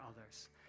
others